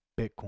Bitcoin